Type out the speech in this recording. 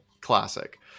Classic